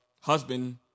husband